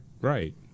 Right